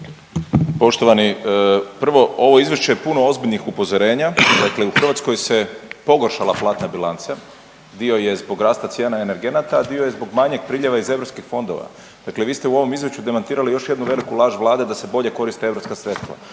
Poštovani, prvo ovo izvješće je puno ozbiljnih upozorenja, dakle u Hrvatskoj se pogoršala platna bilanca, dio je zbog rasta cijena energenata, a dio je zbog manjeg priljeva iz europskih fondova. Dakle vi ste u ovom izvješću demantirali još jednu veliku laž Vlade da se bolje koriste europska sredstva,